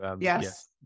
yes